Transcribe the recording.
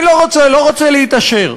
אני לא רוצה להתעשר,